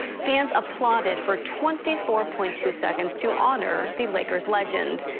fans applauded for twenty four point two seconds to honor the lakers legend.